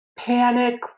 panic